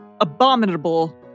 abominable